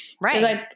Right